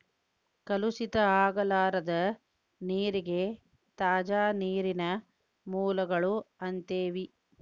ಕಲುಷಿತ ಆಗಲಾರದ ನೇರಿಗೆ ತಾಜಾ ನೇರಿನ ಮೂಲಗಳು ಅಂತೆವಿ